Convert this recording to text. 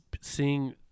seeing